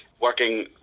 working